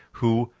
who,